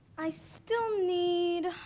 i still need